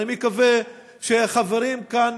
אז אני מקווה שחברים כאן,